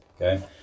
okay